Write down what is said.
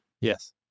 Yes